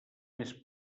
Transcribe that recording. més